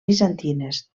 bizantines